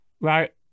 Right